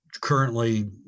currently